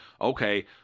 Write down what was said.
okay